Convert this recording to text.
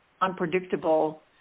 unpredictable